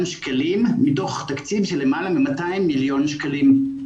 שקלים מתוך תקציב של למעלה מ-200 מיליון שקלים.